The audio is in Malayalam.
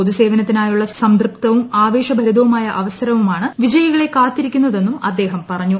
പൊതു സേവനത്തിനായുള്ള സംതൃപ്തവും ആവേശഭരിതവുമായ അവസരമാണ് വിജയികളെ കാത്തിരിക്കുന്നതെന്നും അദ്ദേഹം പറഞ്ഞു